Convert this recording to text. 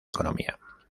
economía